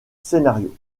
scénario